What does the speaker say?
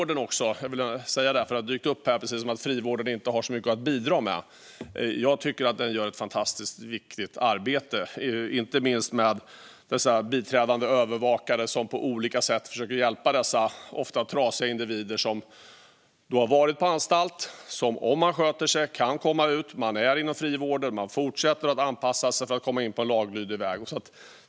Det har dykt upp att frivården inte har så mycket att bidra med, men jag och Liberalerna tycker att den gör ett fantastiskt viktigt arbete, inte minst de biträdande övervakare som på olika sätt försöker hjälpa dessa ofta trasiga individer som har varit på anstalt och som, om de sköter sig, kan komma ut, vara inom frivården och fortsätta att anpassa sig för att komma in på en laglydig väg.